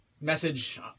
message